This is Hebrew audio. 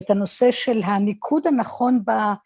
את הנושא של הניקוד הנכון ב...